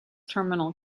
terminal